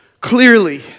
clearly